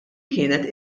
kienet